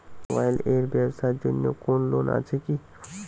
Mobile এর ব্যাবসার জন্য কোন লোন আছে কি?